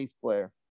player